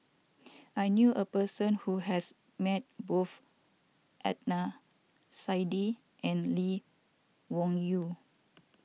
I knew a person who has met both Adnan Saidi and Lee Wung Yew